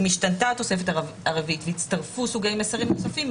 אם השתנתה התוספת הרביעית והצטרפו סוגי מסרים נוספים,